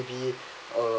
maybe uh